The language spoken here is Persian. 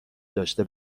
داشته